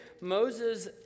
Moses